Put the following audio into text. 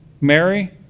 Mary